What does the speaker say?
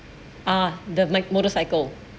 ah the mi~ motorcycle